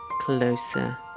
closer